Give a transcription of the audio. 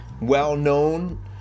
well-known